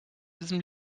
diesem